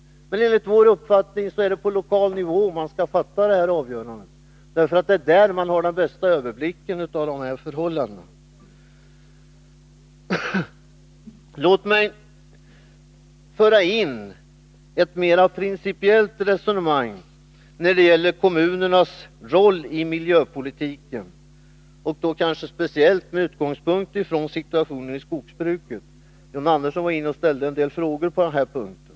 Men enligt vår uppfattning är det på lokal nivå man skall träffa dessa avgöranden, därför att det är där man har den bästa överblicken av förhållandena. Låt mig föra in ett något mera principiellt resonemang när det gäller kommunernas roll i miljöpolitiken och då kanske speciellt med utgångspunkt i situationen i skogsbruket. John Andersson ställde en del frågor på den punkten.